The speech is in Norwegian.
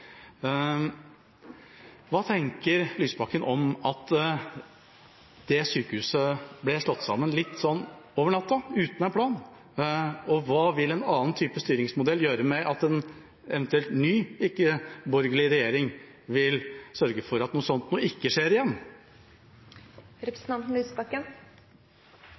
Hva tenker Lysbakken om at det sykehuset ble slått sammen litt sånn over natta uten plan? Og hva vil en annen type styringsmodell gjøre med at en eventuell ny ikke-borgerlig regjering vil sørge for at noe slikt ikke skjer